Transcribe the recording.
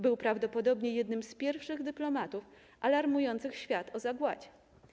Był prawdopodobnie jednym z pierwszych dyplomatów alarmujących świat o Zagładzie.